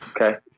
Okay